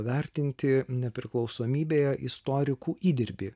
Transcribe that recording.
vertinti nepriklausomybėje istorikų įdirbį